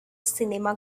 cinema